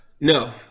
No